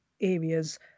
areas